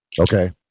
Okay